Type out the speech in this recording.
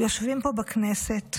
יושבים פה בכנסת